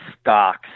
stocks